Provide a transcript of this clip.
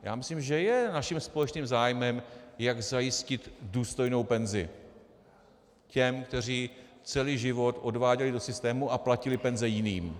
Já myslím, že je naším společným zájmem, jak zajistit důstojnou penzi těm, kteří celý život odváděli do systému a platili penze jiným.